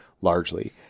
largely